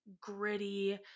gritty